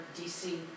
DC